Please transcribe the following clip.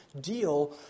deal